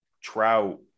trout